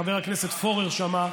חבר הכנסת פורר שמע,